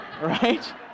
right